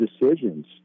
decisions